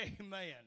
Amen